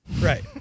Right